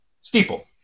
Steeple